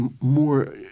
more